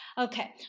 Okay